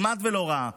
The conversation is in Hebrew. כמעט שלא ראה,